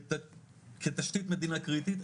כתשתית מדינה קריטית,